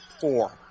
four